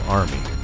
army